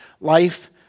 life